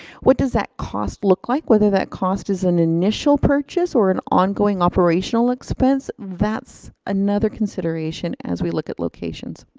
what does that cost look like? whether that cost is an initial purchase, or an ongoing operational expense, that's another consideration as we look at locations.